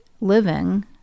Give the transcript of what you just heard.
living